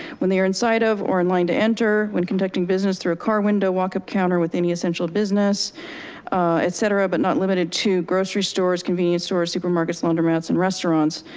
when they are inside of, or in line to enter, when conducting business through a car window, walk up counter with any essential business et cetera. but not limited to grocery stores, convenience stores, supermarkets, laundromats, and restaurants,